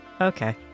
Okay